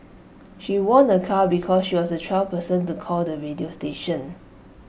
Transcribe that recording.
she won A car because she was the twelfth person to call the radio station